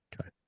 Okay